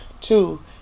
Two